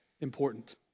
important